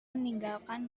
meninggalkan